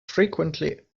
frequently